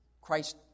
Christ